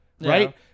Right